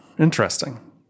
Interesting